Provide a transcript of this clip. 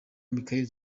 michael